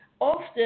often